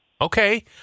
Okay